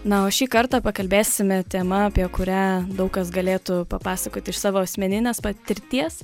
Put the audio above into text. na o šį kartą pakalbėsime tema apie kurią daug kas galėtų papasakoti iš savo asmeninės patirties